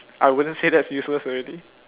I wouldn't say that's useless already